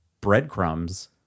breadcrumbs